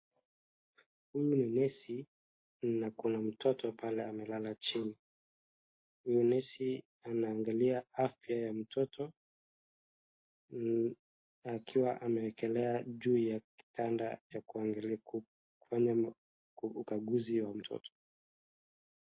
Huyu ni nesi na kuna mtoto pale amelala chini. Huyu nesi anaangalia afya ya mtoto akiwa amewekelea juu ya kitanda ya kufanya ukaguzi wa mtoto.